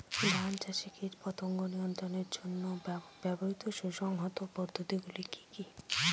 ধান চাষে কীটপতঙ্গ নিয়ন্ত্রণের জন্য ব্যবহৃত সুসংহত পদ্ধতিগুলি কি কি?